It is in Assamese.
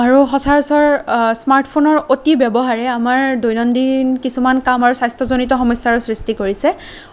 আৰু সচৰাচৰ স্মাৰ্টফোনৰ অতি ব্য়ৱহাৰে আমাৰ দৈনন্দিন কিছুমান কাম আৰু স্বাস্থ্য়জনিত সমস্য়াৰ সৃষ্টি কৰিছে